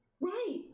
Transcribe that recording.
right